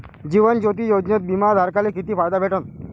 जीवन ज्योती योजनेत बिमा धारकाले किती फायदा भेटन?